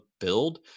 build